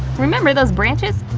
remember those branches?